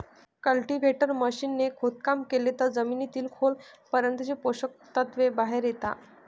cultivator machine ने खोदकाम केलं तर जमिनीतील खोल पर्यंतचे पोषक तत्व बाहेर येता